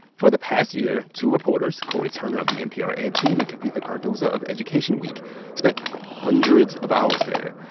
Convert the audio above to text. for the past year, two reporters, cory turner of the npr ed team and kavitha cardoza of education week spent hundreds of hours there,